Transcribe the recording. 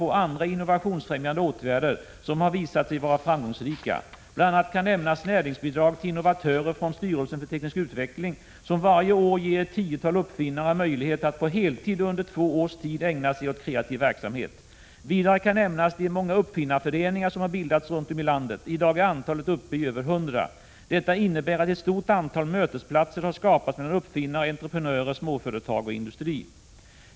1986/87:22 främjande åtgärder som har visat sig vara framgångsrika. Bl. a. kan nämnas 10 november 1986 näringsbidrag till innovatörer från styrelsen för teknisk utveckling, som varje år ger ett 10-tal uppfinnare möjlighet att på heltid under två års tid ägna sig åt Cm BEMrderd Sn ä j 3 é NE främja nyföretagande, kreativ verksamhet. Vidare kan nämnas de många uppfinnareföreningar som mA har bildats runt om i landet. I dag är antalet uppe i över 100. Detta innebär att ett stort antal mötesplatser har skapats mellan uppfinnare, entreprenörer, småföretag och industri.